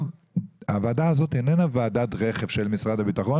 הוועדה הזאת לא ועדת רכב של משרד הביטחון